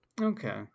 Okay